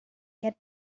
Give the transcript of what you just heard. get